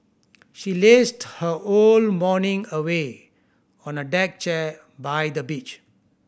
she lazed her whole morning away on a deck chair by the beach